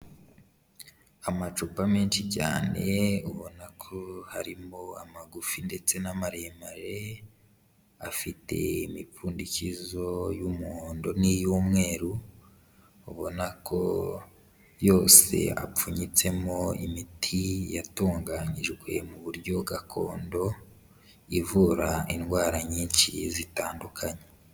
Amacupa menshi cyane ubona ko harimo amagufi ndetse n'amaremare, afite imipfundikizo y'umuhondo n'iy'umweru, ubona ko yose apfunyitsemo imiti yatunganyijwe mu buryo gakondo, ivura indwara nyinshi zitandukanye.